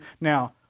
Now